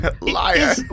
liar